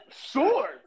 sure